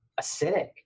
acidic